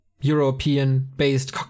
European-based